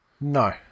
No